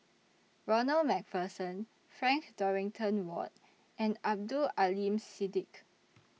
Ronald MacPherson Frank Dorrington Ward and Abdul Aleem Siddique